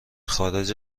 خارج